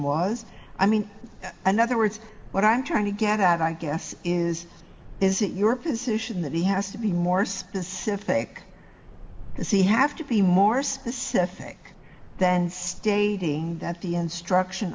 was i mean another words what i'm trying to get at i guess is is it your position that he has to be more specific does he have to be more specific than stating that the instruction